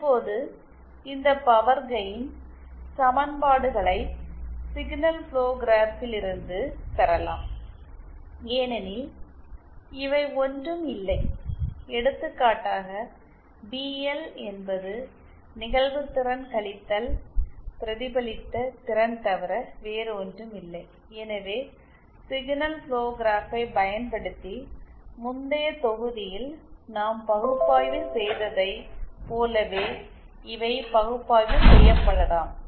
இப்போது இந்த power gain சமன்பாடுகளை சிக்னல் ஃபுளோ கிராப்பிலிருந்து பெறலாம் ஏனெனில் இவை ஒன்றும் இல்லை எடுத்துக்காட்டாக பிஎல் என்பது நிகழ்வு திறன் கழித்தல் பிரதிபலித்த திறன் தவிர வேறு ஒன்றும் இல்லை எனவே சிக்னல் ஃபுளோ கிராப்பை பயன்படுத்தி முந்தைய தொகுதியில் நாம் பகுப்பாய்வு செய்ததைப் போலவே இவை பகுப்பாய்வு செய்யப்படலாம்